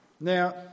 Now